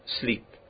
sleep